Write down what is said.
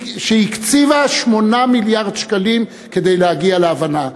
שהקציבה 8 מיליארד שקלים כדי להגיע להבנה.